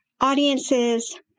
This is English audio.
audiences